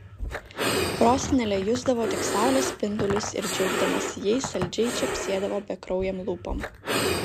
prosenelė jusdavo tik saulės spindulius ir džiaugdamasi jais saldžiai čepsėdavo bekraujėm lūpom